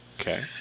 Okay